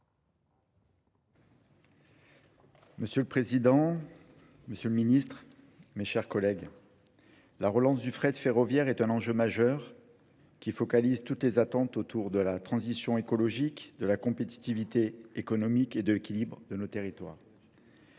Monsieur le Président, Monsieur le Ministre, Mes chers collègues, La relance du fret ferroviaire est un enjeu majeur qui focalise toutes les attentes autour de la transition écologique, de la compétitivité économique et de l'équilibre de nos territoires.